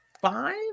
five